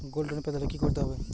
Gold loan পেতে হলে কি করতে হবে?